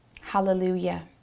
Hallelujah